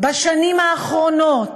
בשנים האחרונות